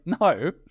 no